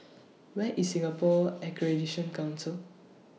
Where IS Singapore Accreditation Council